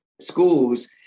schools